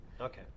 Okay